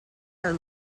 are